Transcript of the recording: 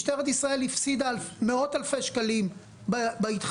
משטרת ישראל הפסידה מאות אלפי שקלים בהתחייבות,